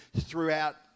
throughout